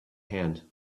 hand